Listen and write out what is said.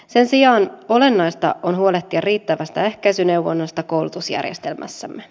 sen sijaan olennaista on huolehtia riittävästä ehkäisyneuvonnasta koulutusjärjestelmässämme